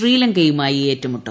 ശ്രീലങ്കയുമായി ഏറ്റുമുട്ടും